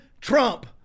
Trump